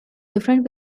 different